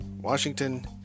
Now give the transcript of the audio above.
Washington